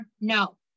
no